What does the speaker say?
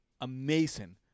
Amazing